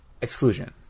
exclusion